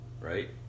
right